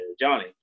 Johnny